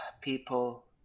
people